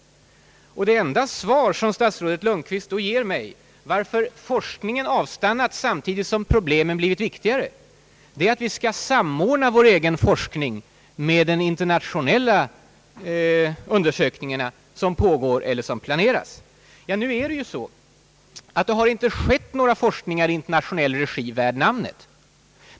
Det enda svar som statsrådet Lundkvist då ger mig på frågan om varför forskningen avstannat samtidigt som problemen blivit viktigare är att vi skall samordna vår egen forskning med de internationella undersökningar som pågår eller som planeras. Nu förhåller det sig på det sättet att det inte har skett någon forskning i internationell, mellanstatlig regi värd namnet.